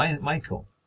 Michael